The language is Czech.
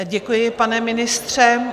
Děkuji, pane ministře.